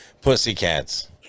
pussycats